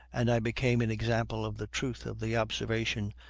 and i became an example of the truth of the observation,